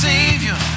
Savior